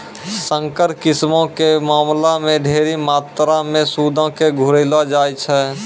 संकर किस्मो के मामला मे ढेरी मात्रामे सूदो के घुरैलो जाय छै